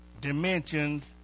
dimensions